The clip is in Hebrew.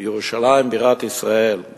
בירושלים בירת ישראל,